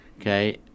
Okay